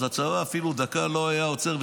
אז הצבא אפילו דקה לא היה עוצר,